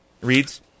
reads